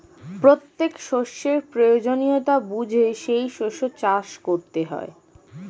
প্রত্যেক শস্যের প্রয়োজনীয়তা বুঝে সেই শস্য চাষ করতে হয়